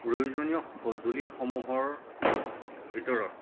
প্ৰয়োজনীয় সঁজুলিসমূহৰ ভিতৰত